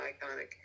iconic